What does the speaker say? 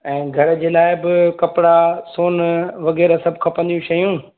ऐं घर जे लाइ बि कपिड़ा सोन वग़ैरह सभु खपंदियूं शयूं